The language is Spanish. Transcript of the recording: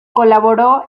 colaboró